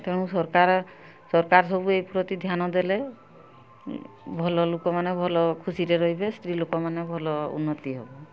ତେଣୁ ସରକାର ସରକାର ସବୁ ଏଇ ପ୍ରତି ଧ୍ୟାନ ଦେଲେ ଭଲ ଲୋକମାନେ ଭଲ ଖୁସିରେ ରହିବେ ସ୍ତ୍ରୀଲୋକମାନେ ଭଲ ଉନ୍ନତି ହେବ